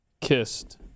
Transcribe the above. kissed